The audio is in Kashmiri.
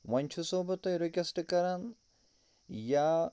وۄنۍ چھُ سو بہٕ تۄہہِ رِکویٚسٹہٕ کَران یا